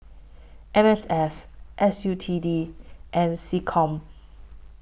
M M S S U T D and Seccom